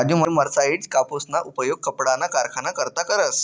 Raju mercerised कापूसना उपयोग कपडाना कारखाना करता करस